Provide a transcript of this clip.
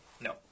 No